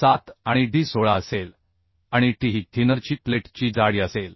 57 आणि d 16 असेल आणि t ही थिनरची प्लेट ची जाडी असेल